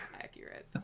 accurate